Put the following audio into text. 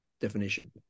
definition